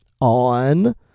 on